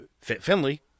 Finley